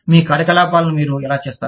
మీ కార్యకలాపాలను మీరు ఎలా చేస్తారు